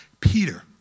Peter